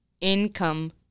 income